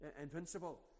invincible